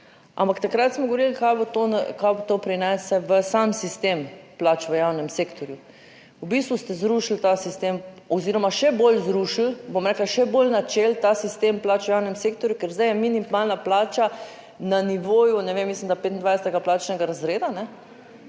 ampak takrat smo govorili, kaj bo to, kaj to prinese v sam sistem plač v javnem sektorju. V bistvu ste zrušili ta sistem oziroma še bolj zrušili, bom rekla, še bolj načeli ta sistem plač v javnem sektorju, ker zdaj je minimalna plača na nivoju, ne vem,